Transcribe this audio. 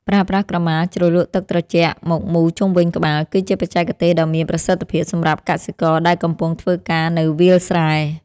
ប្រើប្រាស់ក្រមាជ្រលក់ទឹកត្រជាក់មកមូរជុំវិញក្បាលគឺជាបច្ចេកទេសដ៏មានប្រសិទ្ធភាពសម្រាប់កសិករដែលកំពុងធ្វើការនៅវាលស្រែ។